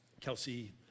Kelsey